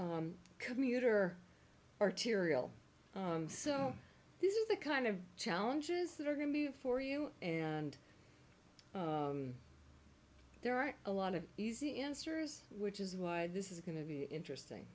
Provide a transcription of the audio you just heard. commuter arterial so this is the kind of challenges that are going to be for you and there are a lot of easy answers which is why this is going to be interesting